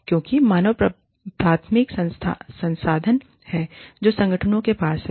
क्योंकि मानव प्राथमिक संसाधन है जो संगठनों के पास है